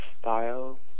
style